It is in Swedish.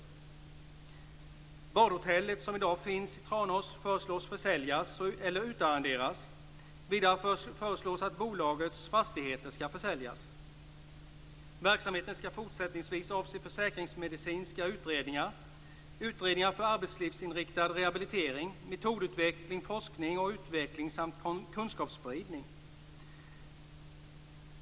Badhotellet som i dag finns i Tranås föreslås försäljas eller utarrenderas. Vidare föreslås att bolagets fastigheter skall försäljas. - Verksamheten skall fortsättningsvis avse försäkringsmedicinska utredningar, utredningar för arbetslivsinriktad rehabilitering, metodutveckling, forskning och utveckling samt kunskapsspridning.